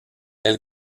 elle